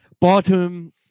Bottom